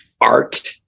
art